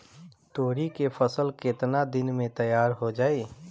तोरी के फसल केतना दिन में तैयार हो जाई?